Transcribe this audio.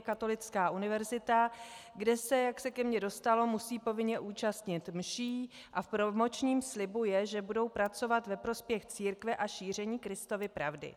Katolická univerzita, kde se, jak se ke mně dostalo, musí povinně účastnit mší a v promočním slibu je, že budou pracovat ve prospěch církve a šíření Kristovy pravdy.